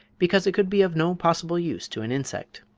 because it could be of no possible use to an insect.